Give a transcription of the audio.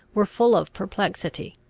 were full of perplexity,